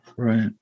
Right